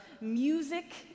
music